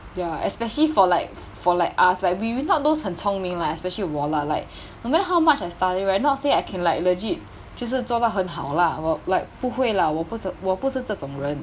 ya especially for like for like us like we will not those 很聪明 lah especially 我 lah like no matter how much I study right not say I can like legit 就是做到很好了 lah like 不会 lah 我不我不是这种人